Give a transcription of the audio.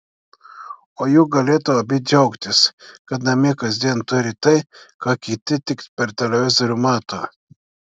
o juk galėtų abi džiaugtis kad namie kasdien turi tai ką kiti tik per televizorių mato